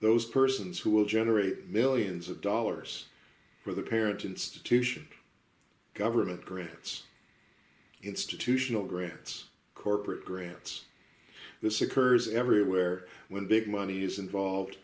those persons who will generate millions of dollars for their parents institution government grants institutional grants corporate grants this occurs everywhere when big money is involved